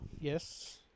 Yes